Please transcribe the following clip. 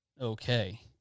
okay